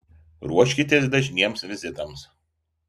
ruoškitės dažniems vizitams